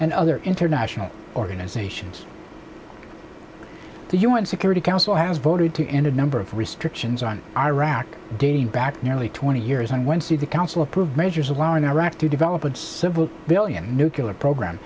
and other international organizations the un security council has voted to end a number of restrictions on iraq dating back nearly twenty years on wednesday the council approved measures allowing iraq to develop its several billion nucular program